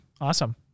awesome